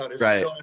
Right